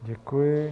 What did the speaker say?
Děkuji.